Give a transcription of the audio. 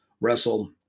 wrestle